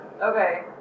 Okay